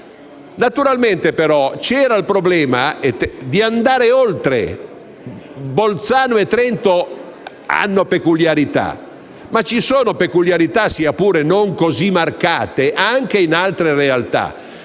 Naturalmente c'era però il problema di andare oltre. Bolzano e Trento hanno peculiarità, che però sono presenti, sia pure in modo non così marcato, anche in altre realtà.